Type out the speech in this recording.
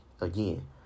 Again